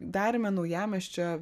darėme naujamiesčio